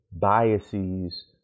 biases